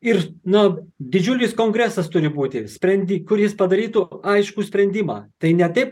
ir na didžiulis kongresas turi būti sprendi kuris padarytų aiškų sprendimą tai ne taip